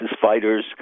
fighters